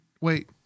Wait